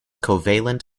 covalent